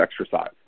exercise